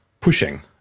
pushing